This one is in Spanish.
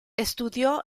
estudió